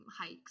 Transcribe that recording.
hikes